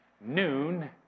noon